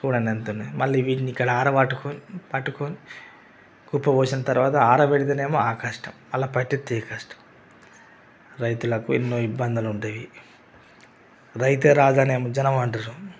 మళ్ళా వీటిని ఇక్కడ ఆర పట్టు పట్టుకొని కుప్ప పోసిన తరువాత ఆరబెడితేనెమో ఆ కష్టం మళ్ళీ ఈ కష్టం రైతులకి ఎన్నో ఇబ్బందులు ఉంటాయి రైతే రాజు అని జనం అంటారు